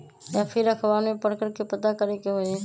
या फिर अखबार में पढ़कर के पता करे के होई?